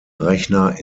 rechner